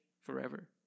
forever